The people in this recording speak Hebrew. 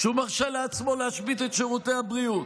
שהוא מרשה לעצמו להשבית את שירותי הבריאות.